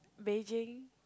Beijing